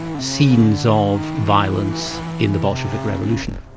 scenes of violence in the bolshevik revolution.